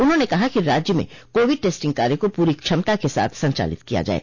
उन्होंने कहा कि राज्य में कोविड टेस्टिंग कार्य को पूरी क्षमता के साथ संचालित किया जाये